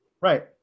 right